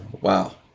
wow